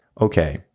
okay